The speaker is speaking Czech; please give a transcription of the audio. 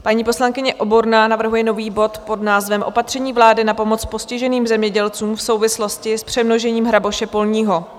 Paní poslankyně Oborná navrhuje nový bod pod názvem Opatření vlády na pomoc postiženým zemědělcům v souvislosti s přemnožením hraboše polního.